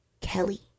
Kelly